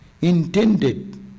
intended